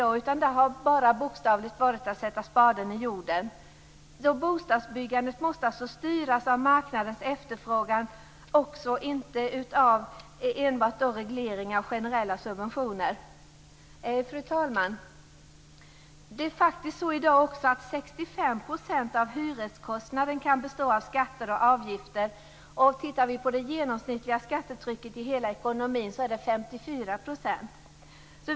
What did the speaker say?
Det har bokstavligt talat bara varit att sätta spaden i jorden. Bostadsbyggandet måste alltså styras av marknadens efterfrågan också, inte enbart av regleringar och generella subventioner. Fru talman! Det är faktiskt också så i dag att 65 % av hyreskostnaden kan bestå av skatter och avgifter. Tittar vi närmare på det genomsnittliga skattetrycket i hela ekonomin finner vi att det är 54 %.